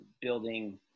building